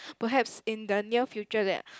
perhaps in the near future that